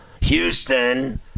Houston